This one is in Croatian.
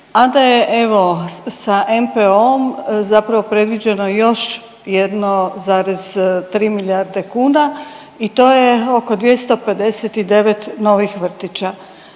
a da je evo sa NPOO-om zapravo predviđeno još 1,3 milijarde kuna i to je oko 259 novih vrtića.